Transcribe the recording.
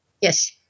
Yes